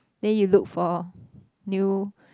then you look for new